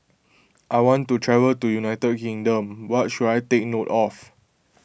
I want to travel to United Kingdom what should I take note of